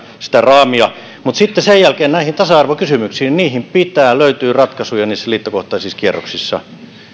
sitä raamia mutta sitten sen jälkeen näihin tasa arvokysymyksiin niihin pitää löytyä ratkaisuja liittokohtaisissa kierroksissa